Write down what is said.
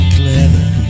clever